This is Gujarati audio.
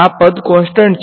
આ પદ કોન્સટંટ છે